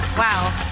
wow.